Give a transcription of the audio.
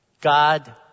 God